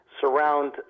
surround